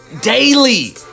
daily